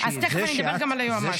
זה --- אז תכף אני אדבר גם על היועמ"שית.